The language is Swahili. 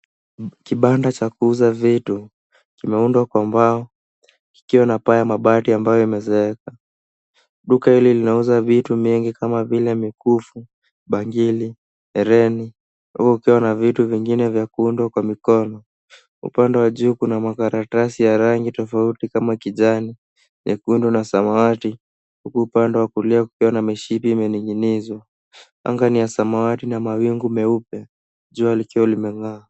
Kibanda cha kuuza vitu, kimeundwa kwa mbao kikiwa na paa ya mabati ambayo imezeeka. Duka hili linauza vitu mingi kama vile mikufu, bangili, herini, huku kukiwa na vitu vingine vya kuundwa kwa mikono. Upande wa juu kuna makaratasi ya rangi tofauti kama kijani, nyekundu na samawati. Huku upande wa kulia kukiwa na mishipi imening'inizwa. Anga ni ya samawati na mawingu meupe. Jua likiwa limeng'aa.